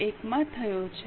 1 માં થયો છે